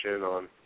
on